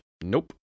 Nope